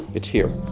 it's here